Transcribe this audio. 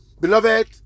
beloved